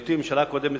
בהיותי בממשלה הקודמת,